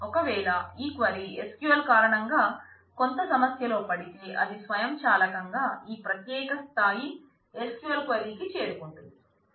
ఒకవేళ ఈ query SQL కారణంగా కొంత సమస్యలో పడితే అది స్వయంచాలకంగా ఈ ప్రత్యేక స్థాయి SQL క్వైరీకు చేరుకుంటుంది